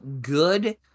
good